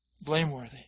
blameworthy